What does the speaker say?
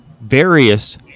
various